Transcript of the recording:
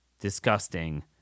disgusting